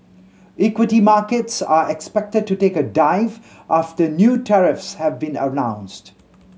equity markets are expected to take a dive after new tariffs have been announced